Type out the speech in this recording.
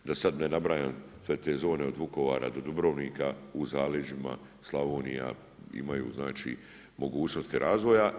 Da sada ne nabrajam sve te zone od Vukovara do Dubrovnika u zaleđima, Slavonija imaju mogućnosti razvoja.